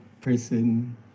person